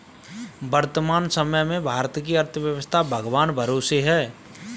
वर्तमान समय में भारत की अर्थव्यस्था भगवान भरोसे है